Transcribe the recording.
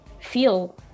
feel